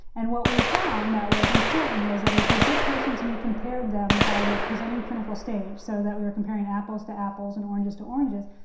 and what we found that was important was that if you took patients and you compared them by their presenting clinical stage, so that we were comparing apples to apples and oranges to oranges,